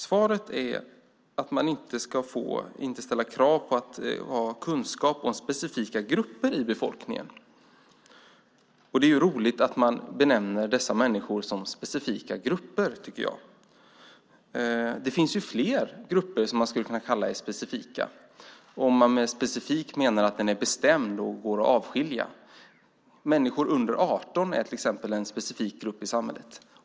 Svaret är att man inte ska få ställa krav på att ha kunskap om specifika grupper i befolkningen. Det är roligt att man benämner dessa människor som specifika grupper, tycker jag. Det finns ju fler grupper som man skulle kunna kalla specifika om man med specifik menar att den är bestämd och går att urskilja. Människor under 18 år är till exempel en specifik grupp i samhället.